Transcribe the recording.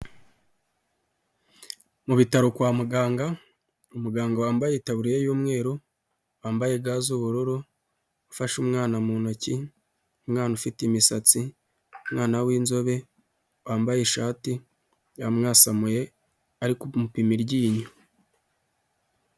Mu bitaro kwa muganga umuganga wambaye taburiya y'umweru wambaye ga z'ubururu afashe umwana mu ntoki, umwana ufite imisatsi umwana w'inzobe, wambaye ishati yamwasamuye ari ku mupima iryinyo.